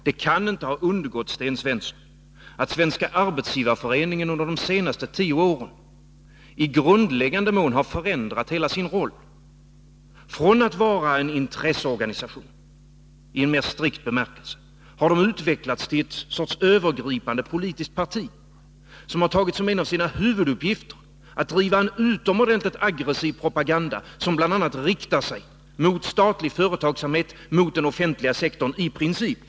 Det kan inte ha undgått Sten Svensson att Svenska arbetsgivareföreningen under de senaste tio åren på ett grundläggande sätt har förändrat hela sin roll. Från att vara en intresseorganisation i mer strikt bemärkelse har organisationen utvecklats till en sorts övergripande politiskt parti som har tagit som en av sina huvuduppgifter att driva en utomordentligt aggressiv propaganda, som bl.a. riktar sig mot statlig företagsamhet och mot den offentliga sektorn i princip.